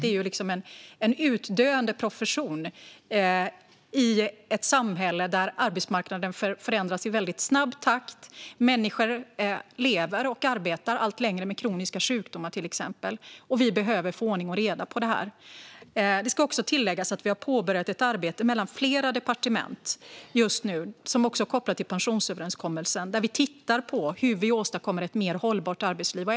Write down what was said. Det är en utdöende profession i ett samhälle där arbetsmarknaden förändras i väldigt snabb takt. Människor lever och arbetar till exempel allt längre med kroniska sjukdomar. Vi behöver få ordning och reda på det. Det ska också tilläggas att vi har påbörjat ett arbete mellan flera departement som också är kopplat till pensionsöverenskommelsen där vi tittar på hur vi åstadkommer ett mer hållbart arbetsliv.